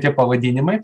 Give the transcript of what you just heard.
tie pavadinimai